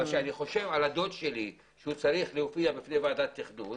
אבל כשאני חושב על הדוד שלי שצריך להופיע בפני ועדת תכנון,